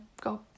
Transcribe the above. go